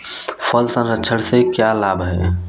फल संरक्षण से क्या लाभ है?